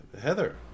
Heather